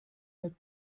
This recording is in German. mit